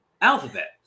alphabet